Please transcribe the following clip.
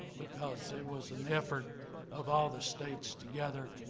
because it was an effort of all the states together,